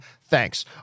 Thanks